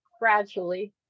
gradually